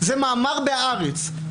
זה מאמר ב'הארץ'.